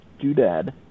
doodad